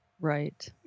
Right